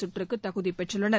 சுற்றுக்குதகுதிபெற்றுள்ளனர்